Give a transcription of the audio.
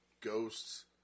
ghosts